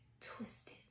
twisted